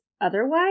otherwise